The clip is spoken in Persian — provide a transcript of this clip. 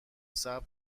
صبر